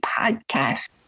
podcast